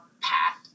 path